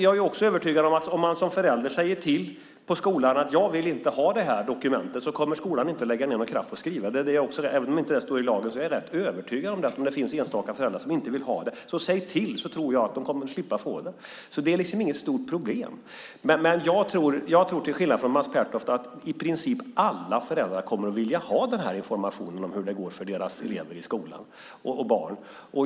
Jag är också övertygad om att om en förälder säger till skolan att man inte vill ha det här dokumentet kommer skolan inte att lägga någon kraft på att skriva det. Även om det inte står i lagen är jag rätt övertygad om det. Om det finns enstaka föräldrar som inte vill ha det kan de säga till, och då tror jag att de kommer att slippa få det. Det är inget stort problem. Jag tror, till skillnad från Mats Pertoft, att i princip alla föräldrar kommer att vilja ha den här informationen om hur det går för deras barn i skolan.